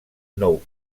nou